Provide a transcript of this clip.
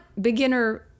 beginner